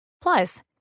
Plus